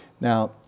Now